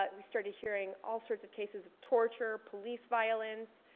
ah we started hearing all sorts of cases of torture, police violence,